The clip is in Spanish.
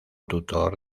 tutor